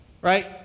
Right